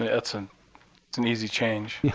and that's an an easy change.